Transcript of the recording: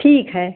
ठीक है